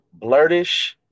Blurtish